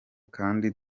kandi